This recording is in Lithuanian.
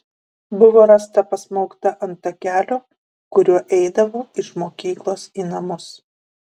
buvo rasta pasmaugta ant takelio kuriuo eidavo iš mokyklos į namus